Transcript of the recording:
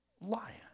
lion